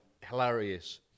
hilarious